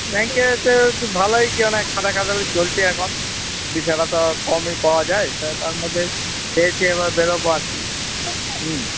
ব্যাঙ্কে তো ভালোই মানে খাটাখাটনি চলছে এখন ছুটিছাটা তো কমই পাওয়া যায় তার মধ্যে পেয়েছি এবার বেরোব আর কি হুম